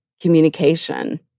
communication